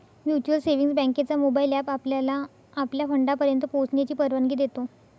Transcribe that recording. mutual savings बँकेचा mobile app आपल्याला आपल्या फंडापर्यंत पोहोचण्याची परवानगी देतो